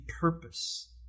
purpose